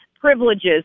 privileges